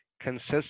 consists